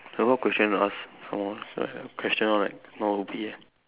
no more question to ask no more question all right oh yeah